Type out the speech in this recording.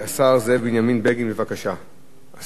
הצעת חוק הנפט (תיקון מס'